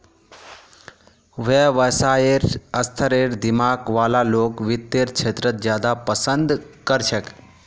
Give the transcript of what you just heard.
व्यवसायेर स्तरेर दिमाग वाला लोग वित्तेर क्षेत्रत ज्यादा पसन्द कर छेक